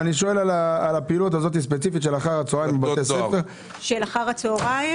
אני שואל ספציפית על הפעילות הזאת שמתבצעת אחר הצהריים.